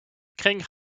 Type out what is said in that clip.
kring